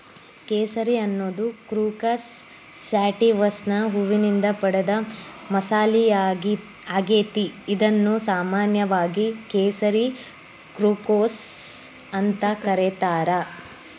ಕೇಸರಿ ಅನ್ನೋದು ಕ್ರೋಕಸ್ ಸ್ಯಾಟಿವಸ್ನ ಹೂವಿನಿಂದ ಪಡೆದ ಮಸಾಲಿಯಾಗೇತಿ, ಇದನ್ನು ಸಾಮಾನ್ಯವಾಗಿ ಕೇಸರಿ ಕ್ರೋಕಸ್ ಅಂತ ಕರೇತಾರ